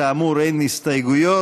כאמור, אין הסתייגויות